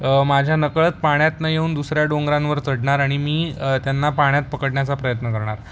माझ्या नकळत पाण्यातून येऊन दुसऱ्या डोंगरांवर चढणार आणि मी त्यांना पाण्यात पकडण्याचा प्रयत्न करणार